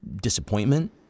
disappointment